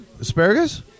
Asparagus